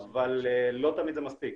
אבל לא תמיד זה מספיק.